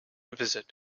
visit